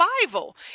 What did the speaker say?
survival